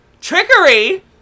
Trickery